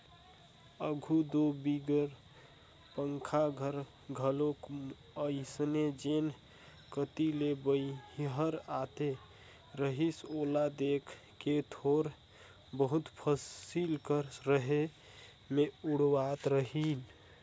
आघु दो बिगर पंखा कर घलो अइसने जेन कती ले बईहर आत रहिस ओला देख के थोर बहुत फसिल कर रहें मे उड़वात रहिन